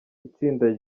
itsinda